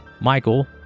Michael